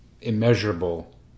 immeasurable